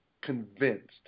convinced